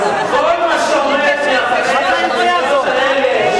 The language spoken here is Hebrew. אז כל מה שעומד מאחורי הקריאות האלה,